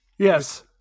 Yes